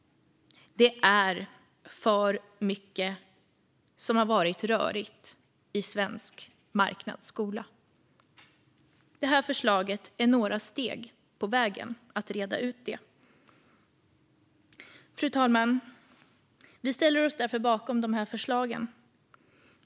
Det är för mycket som har varit rörigt i svensk marknadsskola. Det här förslaget tar några steg på vägen mot att reda ut det. Fru talman! Vi ställer oss därför bakom de här förslagen.